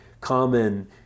common